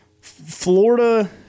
Florida